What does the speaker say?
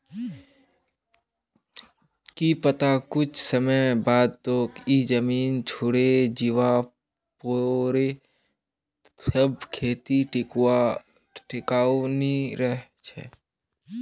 की पता कुछ समय बाद तोक ई जमीन छोडे जीवा पोरे तब खेती टिकाऊ नी रह छे